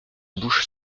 bouche